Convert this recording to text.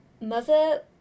mother